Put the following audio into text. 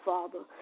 Father